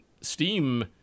Steam